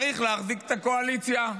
צריך להחזיק את הקואליציה.